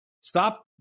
Stop